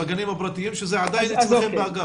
בגנים הפרטיים שזה עדיין אצלכם באגף.